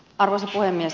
arvoisa puhemies